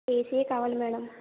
ఏసీయే కావాలి మేడం